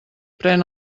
pren